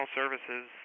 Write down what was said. services